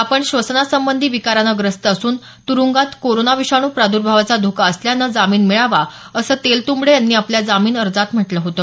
आपण श्वसनासंबंधी विकारानं ग्रस्त असून तुरुंगात कोरोना विषाणू प्राद्र्भावाचा धोका असल्यानं जामीन मिळावा असं तेलतुंबडे यांनी आपल्या जामीन अर्जात म्हटलं होतं